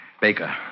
Baker